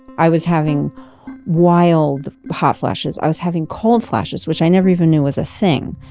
i was having wild hot flashes i was having cold flashes which i never even knew was a thing.